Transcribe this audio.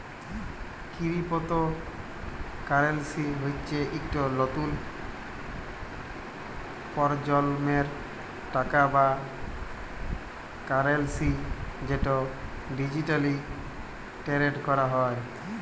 crypto currency হচ্যে ইকট লতুল পরজলমের টাকা বা কারেলসি যেট ডিজিটালি টেরেড ক্যরা হয়